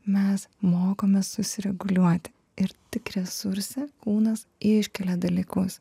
mes mokomės susireguliuoti ir tik resurse kūnas iškelia dalykus